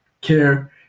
care